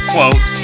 Quote